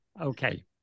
Okay